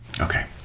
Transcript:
okay